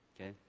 Okay